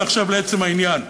ועכשיו לעצם העניין,